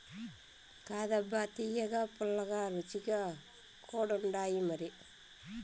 కాదబ్బా తియ్యగా, పుల్లగా, రుచిగా కూడుండాయిమరి